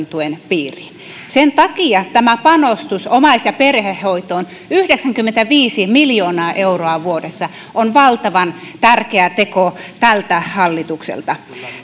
tuen piiriin sen takia tämä panostus omais ja perhehoitoon yhdeksänkymmentäviisi miljoonaa euroa vuodessa on valtavan tärkeä teko tältä hallitukselta